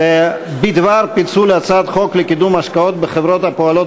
בדבר פיצול הצעת חוק לקידום השקעות בחברות הפועלות